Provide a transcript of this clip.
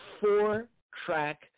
four-track